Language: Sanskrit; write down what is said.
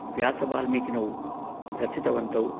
व्यासवाल्मीकिनौ रचितवन्तौ